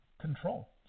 control